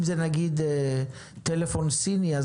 אם זה טלפון סיני למשל,